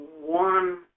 one